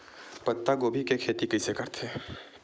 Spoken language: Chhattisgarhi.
पत्तागोभी के खेती कइसे करथे?